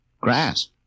Grass